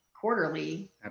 quarterly